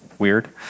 weird